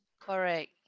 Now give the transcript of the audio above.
Correct